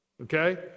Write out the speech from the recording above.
Okay